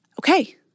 okay